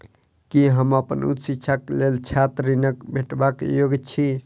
की हम अप्पन उच्च शिक्षाक लेल छात्र ऋणक भेटबाक योग्य छी?